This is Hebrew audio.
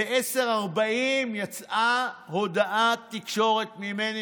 ב-22:40 יצאה הודעת תקשורת ממני,